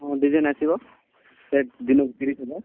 ହଁ ଡିଜାଇନ୍ ଆସିବ ସେଟ୍ ଦିନକୁ ତିରିଶ ହଜାର